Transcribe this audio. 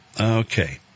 Okay